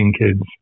kids